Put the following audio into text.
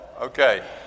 Okay